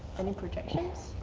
any projections?